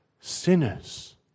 sinners